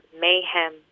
mayhem